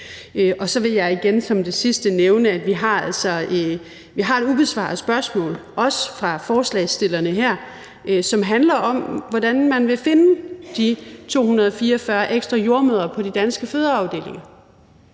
Så vil jeg igen som det sidste nævne, at vi altså har et ubesvaret spørgsmål – også ubesvaret af forslagsstillerne her – som handler om, hvordan man vil finde de 244 ekstra jordemødre til de danske fødeafdelinger.